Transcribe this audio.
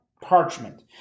parchment